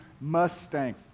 Mustang